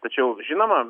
tačiau žinoma